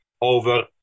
over